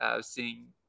seeing